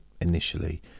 initially